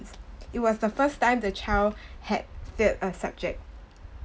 it was the first time the child had failed a subject